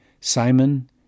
Simon